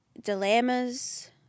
Dilemmas